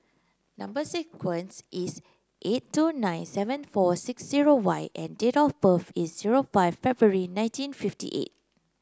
number sequence is S eight two nine seven four six zero Y and date of birth is zero five February nineteen fifty eight